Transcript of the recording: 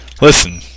Listen